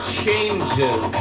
changes